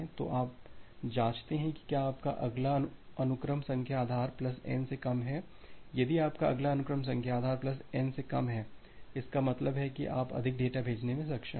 तो आप जांचते हैं कि क्या आपका अगला अनुक्रम संख्या आधार प्लस N से कम है यदि आपका अगला अनुक्रम संख्या आधार प्लस N से कम है इसका मतलब है आप अधिक डेटा भेजने में सक्षम हैं